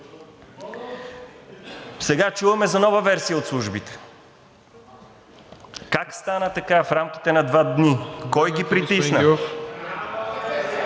Сега чуваме за нова версия от службите. Как стана така в рамките на два дни, кой ги притисна?